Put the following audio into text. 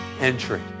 entry